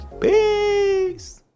Peace